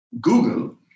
Google